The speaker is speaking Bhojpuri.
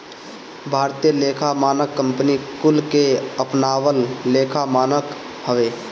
भारतीय लेखा मानक कंपनी कुल के अपनावल लेखा मानक हवे